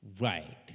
Right